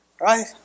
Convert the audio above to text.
Right